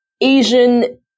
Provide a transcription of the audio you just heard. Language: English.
Asian